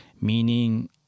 Meaning